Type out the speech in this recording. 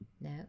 No